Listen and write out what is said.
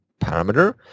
parameter